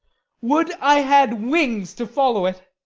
would i had wings to follow it!